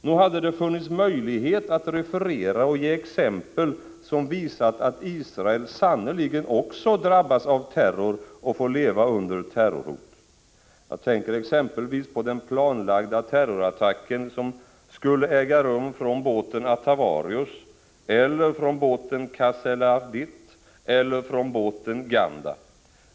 Nog hade det funnits möjlighet att referera och ge exempel som visat att Israel sannerligen också drabbas av terror och får leva under terrorhot. Jag tänker exempelvis på den planlagda terrorattacken som skulle äga rum från båten Atavarius, eller från båten Casselardit, eller från båten Ganda.